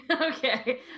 Okay